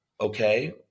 okay